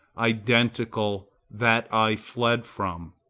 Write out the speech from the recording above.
identical, that i fled from.